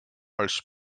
als